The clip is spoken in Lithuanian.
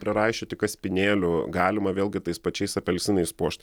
priraišioti kaspinėlių galima vėlgi tais pačiais apelsinais puošt